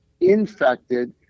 infected